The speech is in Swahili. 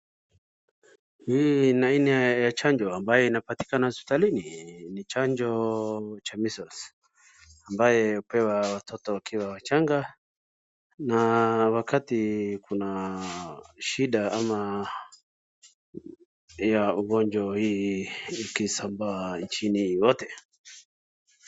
Hii ni aina ya chanjo ambaye inapatikana hospitalini. Ni chanjo cha measles ambaye hupewa watoto wakiwa wachanga na wakati kuna shida ama ya ugonjwa hii ikisambaa nchini yote.